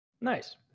Nice